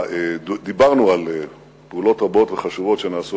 דיברנו על פעולות רבות וחשובות שנעשות